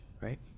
right